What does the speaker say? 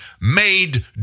made